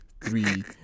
Three